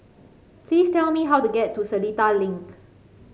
please tell me how to get to Seletar Link